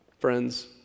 Friends